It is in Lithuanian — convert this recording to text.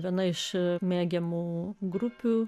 viena iš mėgiamų grupių